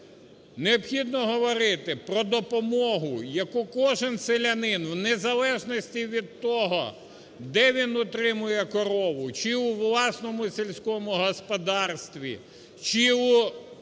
необхідно говорити про допомогу, яку кожен селянин в незалежності від того, де він утримує корову: чи у власному сільському господарстві, чи у